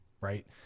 right